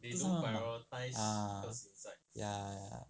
不是他们 ah ya ya